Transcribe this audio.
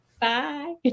Bye